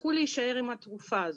תצטרכו להישאר עם התרופה הזאת.